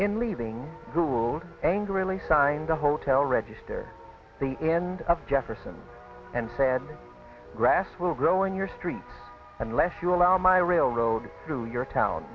in leaving who'll angrily sign the hotel register the end of jefferson and said grass will grow in your street unless you allow my railroad through your town